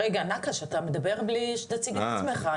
רגע, נקש, אתה מדבר בלי שתציג את עצמך.